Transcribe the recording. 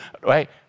Right